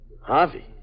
Harvey